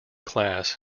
class